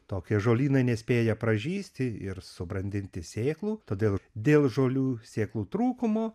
tokie žolynai nespėja pražysti ir subrandinti sėklų todėl dėl žolių sėklų trūkumo